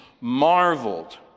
marveled